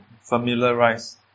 familiarize